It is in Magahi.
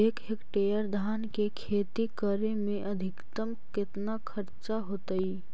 एक हेक्टेयर धान के खेती करे में अधिकतम केतना खर्चा होतइ?